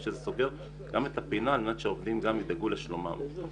וזה סוגר את הפינה על מנת שהעובדים ידאגו לשלומם האישי.